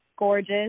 Gorgeous